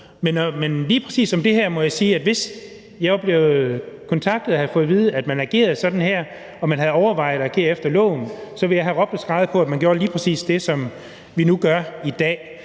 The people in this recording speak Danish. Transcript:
Men lige præcis om det her må jeg sige, at hvis jeg var blevet kontaktet og havde fået at vide, at man agerede sådan her, og at man havde overvejet at agere efter loven, ville jeg have råbt og skreget på, at man gjorde lige præcis det, som vi nu gør i dag.